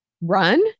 Run